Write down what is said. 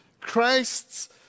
Christ's